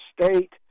State